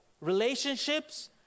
relationships